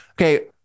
Okay